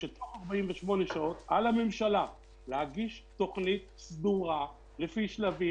שתוך 48 שעות על הממשלה להגיש תוכנית סדורה לפי שלבים,